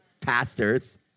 pastors